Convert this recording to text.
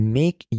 make